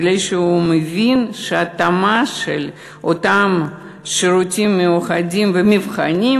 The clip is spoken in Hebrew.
כי הוא מבין שההתאמה של אותם שירותים מיוחדים ומבחנים